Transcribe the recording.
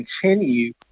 continue